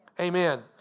Amen